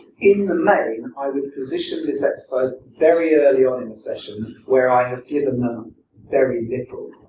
in the main, i would position this exercise very early on in the session, where i have given them very little